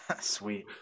Sweet